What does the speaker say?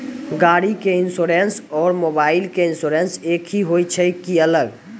गाड़ी के इंश्योरेंस और मोबाइल के इंश्योरेंस एक होय छै कि अलग?